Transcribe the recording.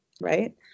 right